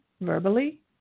verbally